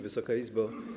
Wysoka Izbo!